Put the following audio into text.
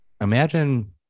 Imagine